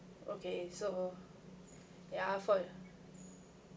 okay so ya for